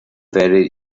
werdet